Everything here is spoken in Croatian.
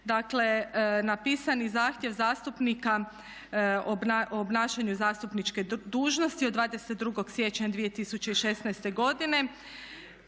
Dakle napisani zahtjev zastupnika o obnašanju zastupniče dužnosti od 22. siječnja 2016. godine